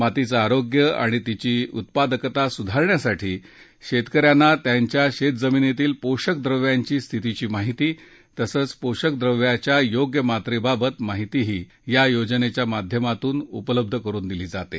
मातीचं आरोग्य आणि तिची उत्पादकता सुधारण्यासाठी शेतकऱ्यांना त्यांच्या शेतजमीनीतील पोषक द्रव्यांची स्थितीची माहिती तसंच पोषक द्रव्याच्या योग्य मात्रेबाबत माहितीही या योजनेच्या माध्यमातून उपलब्ध करुन दिली जाते